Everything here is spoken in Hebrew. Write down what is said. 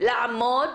לעמוד